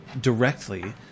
directly